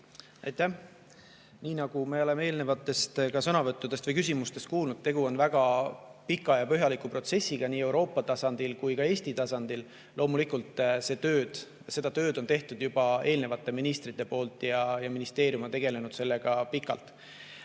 Aitäh! Nii nagu me oleme ka eelnenud küsimustest kuulnud, tegu on väga pika ja põhjaliku protsessiga nii Euroopa tasandil kui ka Eesti tasandil. Loomulikult on seda tööd on teinud ka eelmised ministrid, ministeerium on tegelenud sellega pikalt.